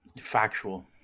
Factual